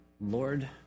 Lord